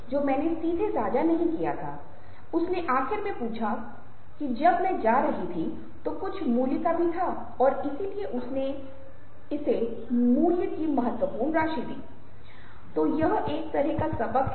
छवियों का पहला सेट ऐसी छवियां हैं जहां आप देखते हैं कि दो चेहरे दिखाए जा रहे हैं